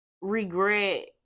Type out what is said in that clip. regret